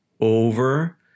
over